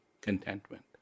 contentment